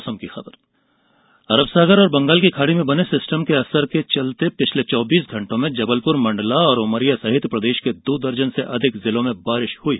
मौसम अरब सागर और बंगाल की खाड़ी में बने सिस्टम के असर के चलते पिछले चौबीस घंटों में जबलप्र मंडला उमरिया सहित दो दर्जन से अधिक जिलो में बारिश हयी